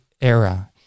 era